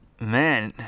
Man